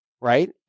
Right